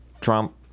trump